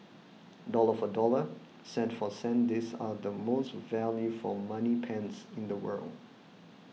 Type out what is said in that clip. dollar for dollar cent for cent these are the most value for money pens in the world